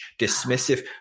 dismissive